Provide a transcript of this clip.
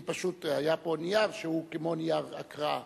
אני פשוט, היה פה נייר, שהוא כמו נייר הקראה.